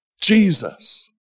Jesus